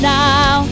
now